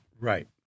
Right